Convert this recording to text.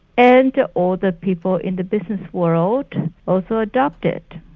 and all the people in the business world also adopt it.